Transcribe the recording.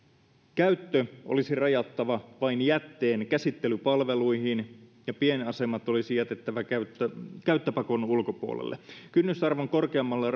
käyttö olisi rajattava vain jätteen käsittelypalveluihin ja pienasemat olisi jätettävä käyttöpakon käyttöpakon ulkopuolelle kynnysarvon korkeammalla